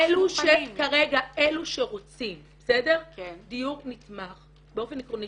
כרגע אלו שרוצים דיור נתמך באופן עקרוני,